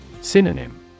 Synonym